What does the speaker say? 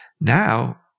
Now